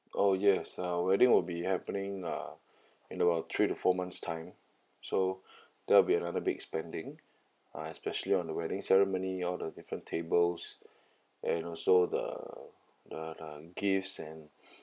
oh yes uh wedding would be happening uh in about three to four months time so there'll be another big spending uh especially on the wedding ceremony all the different tables and also the the the gifts and